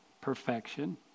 Perfection